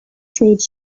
trade